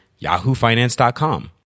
yahoofinance.com